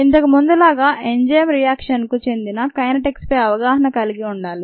ఇంతకుముందు లాగా ఎంజైమ్ రియాక్షన్కు చెందిన కైనెటిక్స్పై అవగాహన కల్గి ఉండాలి